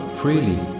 freely